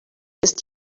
ist